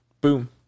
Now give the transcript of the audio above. Boom